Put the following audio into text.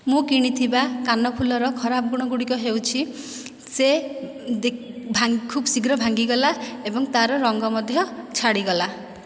ମୁଁ କିଣିଥିବା କାନଫୁଲର ଖରାପ ଗୁଣ ଗୁଡ଼ିକ ହେଉଛି ସେ ଦେ ଖୁବ ଶୀଘ୍ର ଭାଙ୍ଗିଗଲା ଏବଂ ତା'ର ରଙ୍ଗ ମଧ୍ୟ ଛାଡ଼ିଗଲା